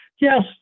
yes